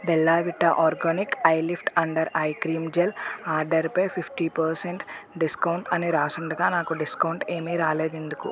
Bellavita organic iLift under eye cream gel ఆర్డరుపై fifty percent discount అని రాసుండగా నాకు డిస్కౌంట్ ఏమీ రాలేదు ఎందుకు